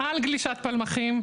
על גלישת פלמחים,